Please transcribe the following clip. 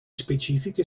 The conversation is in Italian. specifiche